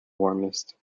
warmest